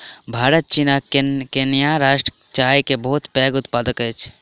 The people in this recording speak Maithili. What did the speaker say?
भारत चीन आ केन्या राष्ट्र चाय के बहुत पैघ उत्पादक अछि